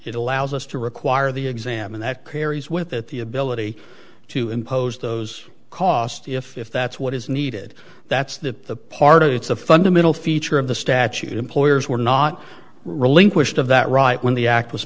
it allows us to require the exam and that carries with it the ability to impose those costs if that's what is needed that's the part of it's a fundamental feature of the statute employers were not relinquished of that right when the act